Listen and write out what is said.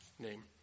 name